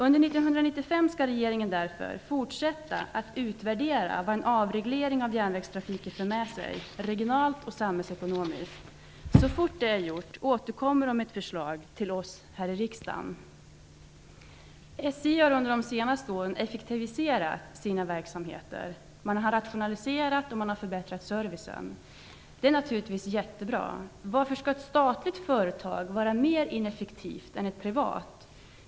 Under 1995 skall regeringen därför fortsätta att utvärdera vad en avreglering av järnvägstrafiken för med sig, regionalt och samhällsekonomiskt. Så snart det är gjort skall man återkomma med ett förslag till oss här i riksdagen. SJ har under de senaste åren effektiviserat sina verksamheter, rationaliserat och förbättrat servicen. Det är naturligtvis jättebra. Varför skall ett statligt företag vara mindre effektivt än ett privat?